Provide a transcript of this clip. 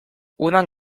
udan